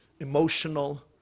emotional